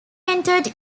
entered